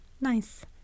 nice